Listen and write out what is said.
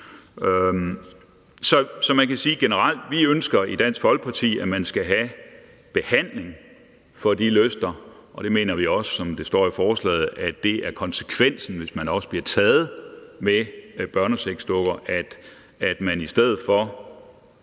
ønsker vi i Dansk Folkeparti, at man skal have behandling for de lyster, og det mener vi også, som det står i forslaget, skal være konsekvensen, hvis man bliver taget med børnesexdukker, så man i stedet for